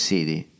City